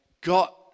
got